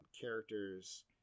characters